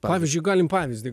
pavyzdžiui galim pavyzdį